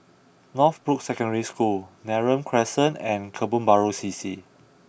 Northbrooks Secondary School Neram Crescent and Kebun Baru C C